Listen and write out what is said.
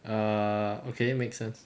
err okay makes sense